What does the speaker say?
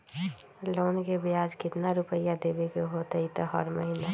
Loan के ब्याज कितना रुपैया देबे के होतइ हर महिना?